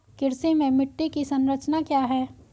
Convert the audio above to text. कृषि में मिट्टी की संरचना क्या है?